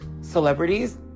celebrities